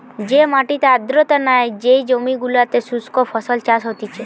যে মাটিতে আর্দ্রতা নাই, যেই জমি গুলোতে শুস্ক ফসল চাষ হতিছে